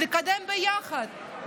לקדם ביחד,